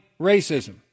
racism